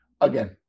again